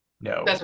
no